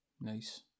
Nice